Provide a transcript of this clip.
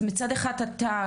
אז מצד אחד אתה,